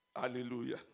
Hallelujah